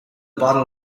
bottle